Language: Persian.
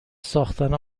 ساختن